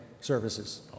services